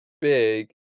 big